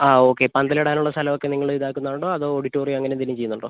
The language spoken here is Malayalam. ആ ഓക്കെ പന്തലിടാനുള്ള സ്ഥലമൊക്കെ നിങ്ങളിതാക്കുന്നുണ്ടോ അതോ ആഡിറ്റോറിയം അങ്ങനെന്തെങ്കിലും ചെയ്യുന്നുണ്ടോ